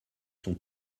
sont